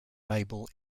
label